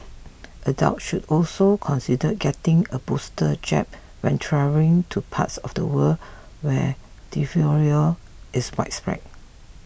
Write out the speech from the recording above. adults should also consider getting a booster jab when travelling to parts of the world where diphtheria is widespread